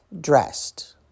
dressed